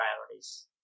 priorities